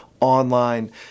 online